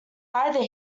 either